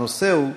הנושא הוא: